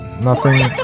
nothing-